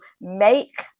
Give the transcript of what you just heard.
make